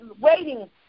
waiting